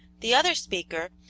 the other speaker,